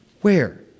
Where